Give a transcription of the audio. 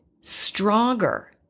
stronger